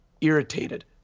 irritated